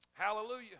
Hallelujah